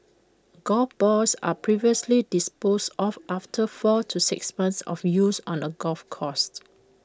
golf balls are previously disposed of after four to six months of use on the golf coursed